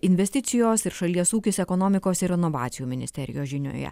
investicijos ir šalies ūkis ekonomikos ir inovacijų ministerijos žinioje